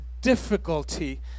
difficulty